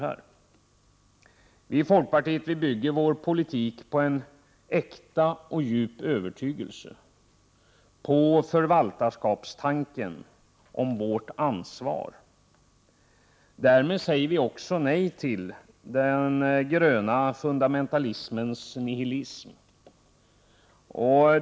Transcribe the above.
Vi i folkpartiet bygger vår politik på en äkta och djup övertygelse, på förvaltarskapstanken om vårt ansvar. Därmed säger vi också nej till den gröna fundamentalismens nihilism.